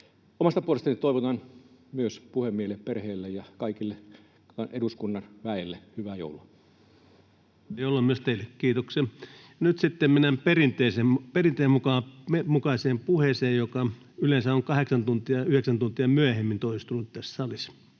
Omasta puolestani toivotan myös puhemiehelle, perheelle ja kaikelle eduskunnan väelle hyvää joulua! Hyvää joulua myös teille, kiitoksia! — Ja nyt sitten mennään perinteen mukaiseen puheeseen, joka yleensä on kahdeksan yhdeksän tuntia myöhemmin toistunut tässä salissa.